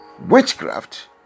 witchcraft